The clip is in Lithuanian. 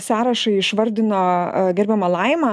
sąrašą išvardino gerbiama laima